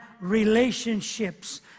relationships